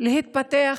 להתפתח